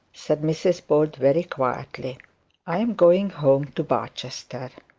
said mrs bold, very quietly i am going home to barchester